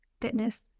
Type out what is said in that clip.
fitness